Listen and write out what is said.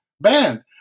band